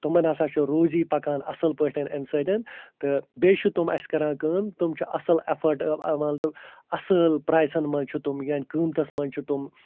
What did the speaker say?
تِمَن ہسا چھِ روٗزی پکان اصٕل پٲٹھۍ اَمہِ سۭتۍ تہٕ بیٚیہِ چھِ تِم اَسہِ کَران کٲم تِم چھِ اصٕل اٮ۪فٲٹ اصۭل پرٛایسَن منٛز چھِ تِم یعنی قۭمتَس منٛز چھِ تِم